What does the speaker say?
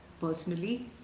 Personally